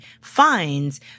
fines